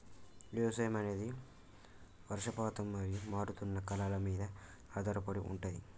వ్యవసాయం అనేది వర్షపాతం మరియు మారుతున్న కాలాల మీద ఆధారపడి ఉంటది